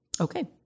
okay